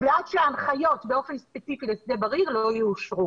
ועד שההנחיות באופן ספציפי לשדה בריר לא יאושרו.